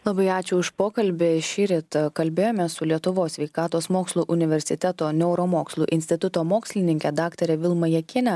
labai ačiū už pokalbį šįryt kalbėjome su lietuvos sveikatos mokslų universiteto neuromokslų instituto mokslininke daktare vilma jakiene